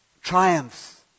triumphs